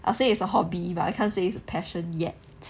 I would say it's a hobby but I can't say it's a passion yet